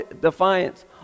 defiance